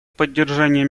поддержания